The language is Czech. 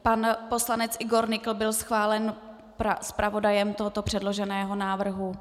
Pan poslanec Igor Nykl byl schválen zpravodajem tohoto předloženého návrhu.